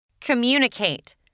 Communicate